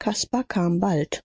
caspar kam bald